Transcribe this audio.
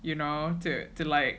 you know to to like